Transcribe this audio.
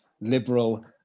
liberal